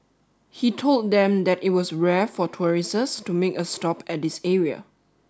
he told them that it was rare for tourists to make a stop at this area